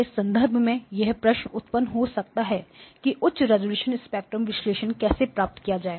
इस संदर्भ में यह प्रश्न उत्पन्न हो सकता है की उच्च रेजोल्यूशन स्पेक्ट्रम विश्लेषण कैसे प्राप्त किया जाए